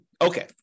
Okay